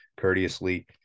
courteously